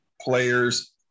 players